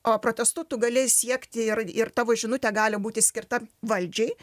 o protestu tu gali siekti ir ir tavo žinutė gali būti skirta valdžiai